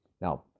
Now